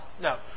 no